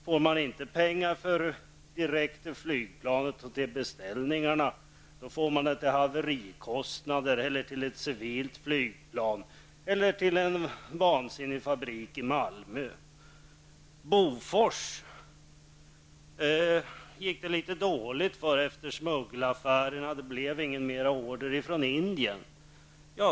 Får man inte pengarna direkt till beställningarna, så får man det till haverikostnader, eller till ett civilt flygplan eller till en vansinnig fabrik i Malmö. Det gick litet dåligt för Bofors efter smuggelaffären. Det blev ingen mera order från Indien.